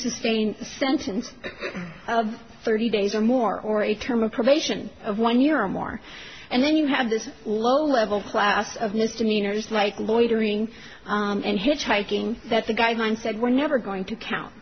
sustain a sentence of thirty days or more or a term of probation of one year or more and then you have this low level class of misdemeanors like loitering and hitchhiking that the guidelines said we're never going to count